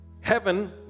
heaven